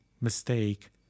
mistake